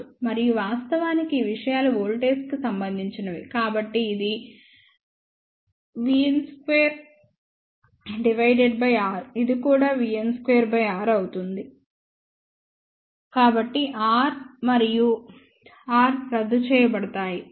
మరియు వాస్తవానికి ఈ విషయాలు వోల్టేజ్కు సంబంధించినవి కాబట్టి ఇది vs2R ఇది కూడా vn2R అవుతుంది కాబట్టి R మరియు R రద్దు చేయబడతాయి